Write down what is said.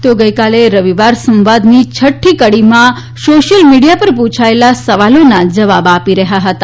તેઓ ગઈકાલે રવિવાર સંવાદની છઠ્ઠી કડીમાં સોશિયલ મીડિયા પર પૂછાયેલા સવાલોના જવાબ આપી રહ્યા હતા